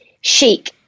Chic